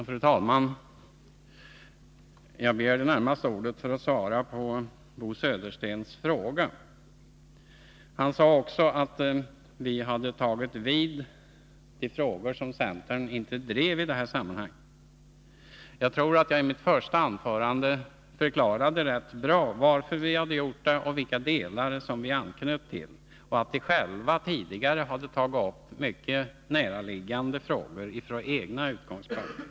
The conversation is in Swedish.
Fru talman! Jag begärde ordet närmast för att svara på Bo Söderstens fråga. Bo Södersten sade också att vi hade tagit upp frågor som centern inte Nr 23 driver i det här sammanhanget. Jag tror att jag i mitt första anförande Onsdagen den förklarade rätt bra varför vi gjort så här och till vilka delar vi anknöt. Vidare 10 november 1982 sade jag att vi tidigare tagit upp mycket näraliggande frågor från egna utgångspunkter.